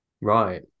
Right